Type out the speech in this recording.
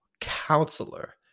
Counselor